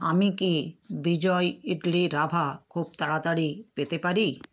আমি কি বিজয় ইডলি রাভা খুব তাড়াতাড়ি পেতে পারি